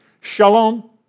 Shalom